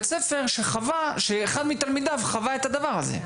בית ספר שאחד מתלמידיו חווה את הדבר הזה.